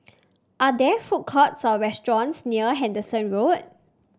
are there food courts or restaurants near Henderson Road